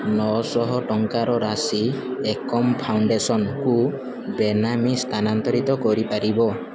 ନଅଶହ ଟଙ୍କାର ରାଶି ଏକମ୍ ଫାଉଣ୍ଡେସନକୁ ବେନାମୀ ସ୍ଥାନାନ୍ତରିତ କରିପାରିବ